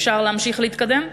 אפשר להמשיך ולהתקדם?